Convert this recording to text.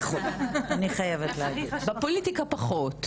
בפוליטיקה פחות.